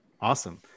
Awesome